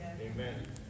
Amen